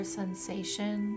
sensation